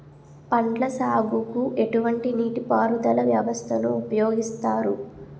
పండ్ల సాగుకు ఎటువంటి నీటి పారుదల వ్యవస్థను ఉపయోగిస్తారు?